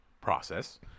process